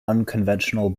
unconventional